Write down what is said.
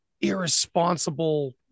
irresponsible